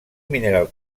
mineral